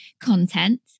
content